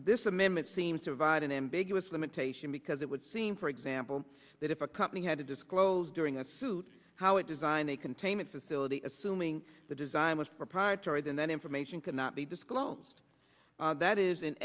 this amendment seems to violate an ambiguous limitation because it would seem for example that if a company had to disclose during a suit how it design a containment facility assuming the design was proprietary then that information cannot be disclosed that is in